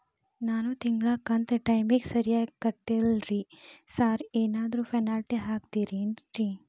ನಾನು ತಿಂಗ್ಳ ಕಂತ್ ಟೈಮಿಗ್ ಸರಿಗೆ ಕಟ್ಟಿಲ್ರಿ ಸಾರ್ ಏನಾದ್ರು ಪೆನಾಲ್ಟಿ ಹಾಕ್ತಿರೆನ್ರಿ?